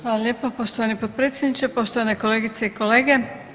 Hvala lijepa poštovani potpredsjedniče, poštovane kolegice i kolege.